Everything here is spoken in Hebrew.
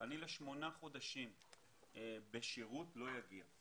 לשמונה חודשים בשירות אני לא אגיע.